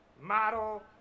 model